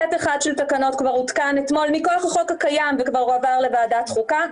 סט אחד של תקנות כבר הותקן אתמול מכוח החוק הקיים והועבר לוועדת חוקה,